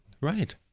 Right